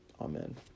amen